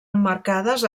emmarcades